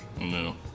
No